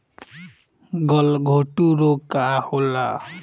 गलघोटू रोग का होला?